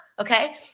okay